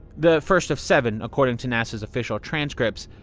the first of seven, according to nasa's official transcripts.